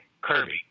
Kirby